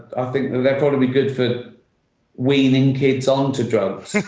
think they're probably good for weaning kids on to drugs.